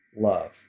love